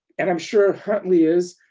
and i'm sure huntley is,